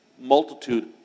Multitude